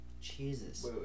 Jesus